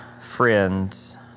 friends